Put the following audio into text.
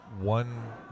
one